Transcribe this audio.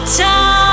time